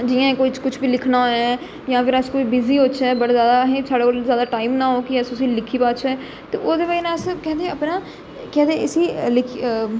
जियां कोई कुछ बी लिखना होऐ जां फिर अस कोई बिजी होचै बड़ा ज्यादा थुआढ़े कोल ज्यादा टाइम इन्ना नेई होऐ कि अस उसी लिक्खी पाचै ते ओह्दी बजह कन्नै अस केह् आक्खदे अपना केह् आखदे इसी